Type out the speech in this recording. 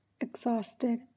exhausted